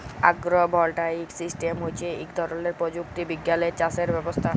আগ্র voltaic system হচ্যে ইক ধরলের প্রযুক্তি বিজ্ঞালের চাসের ব্যবস্থা